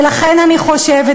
ולכן אני חושבת,